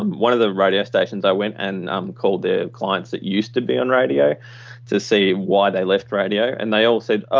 one of the radio stations, i went and um called their clients that used to be on radio to see why they left radio. and they all said,